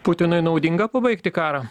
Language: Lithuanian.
putinui naudinga pabaigti karą